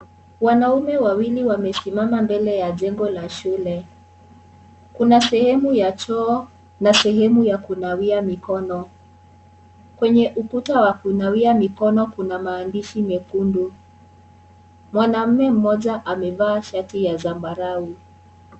Wanaume wawili wamesimama mbele ya jengo la shule. Kuna sehemu ya choo na sehemu ya kunawia mikono. Kwenye ukuta wa kunawia mikono, kuna maandishi mekundu. Mwanaume mmoja amevaa shati ya sambarau.